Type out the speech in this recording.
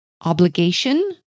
obligation